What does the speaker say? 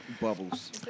Bubbles